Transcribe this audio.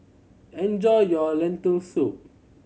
enjoy your Lentil Soup